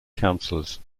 councillors